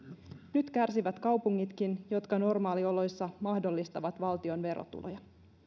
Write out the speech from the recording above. nyt kärsivät kaupungitkin jotka normaalioloissa mahdollistavat valtion verotuloja